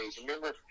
Remember